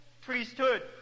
priesthood